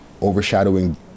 overshadowing